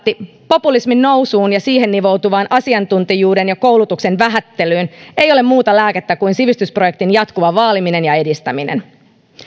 populismin nousuun ja siihen nivoutuvaan asiantuntijuuden ja koulutuksen vähättelyyn ei ole muuta lääkettä kuin sivistysprojektin jatkuva vaaliminen ja edistäminen